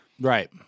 right